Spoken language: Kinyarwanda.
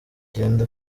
genda